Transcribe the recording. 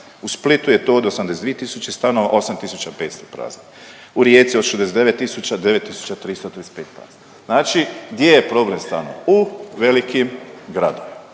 U Splitu je to od 82 tisuće stanova 8.500 prazno. U Rijeci od 69 tisuća 9.335 prazno. Znači gdje je problem stanova? U velikim gradovima,